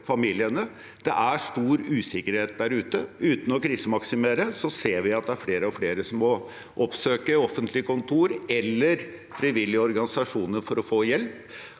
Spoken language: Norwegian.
Det er stor usikkerhet der ute. Uten å krisemaksimere ser vi at det er flere og flere som må oppsøke offentlige kontorer eller frivillige organisasjoner for å få hjelp.